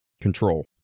Control